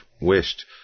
wished